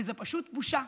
וזאת פשוט בושה,